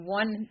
one